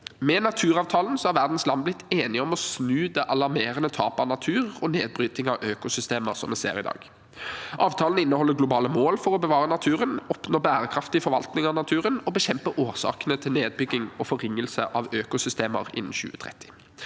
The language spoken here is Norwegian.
Med naturavtalen har verdens land blitt enige om å snu det alarmerende tapet av natur og nedbrytning av økosystemer som vi ser i dag. Avtalen inneholder globale mål for å bevare naturen, oppnå bærekraftig forvaltning av naturen og bekjempe årsakene til nedbygging og forringelse av økosystemer innen 2030.